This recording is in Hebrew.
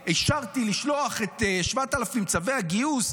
וגם: אישרתי לשלוח את 7,000 צווי הגיוס,